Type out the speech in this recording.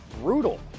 brutal